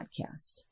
Podcast